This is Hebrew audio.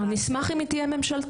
נשמח אם היא תהיה ממשלתית.